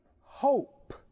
hope